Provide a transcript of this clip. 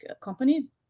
company